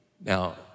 Now